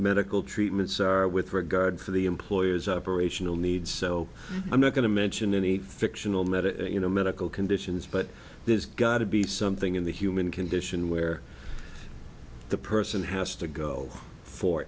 medical treatments are with regard to the employer's operational needs so i'm not going to mention any fictional matter you know medical conditions but there's got to be something in the human condition where the person has to go for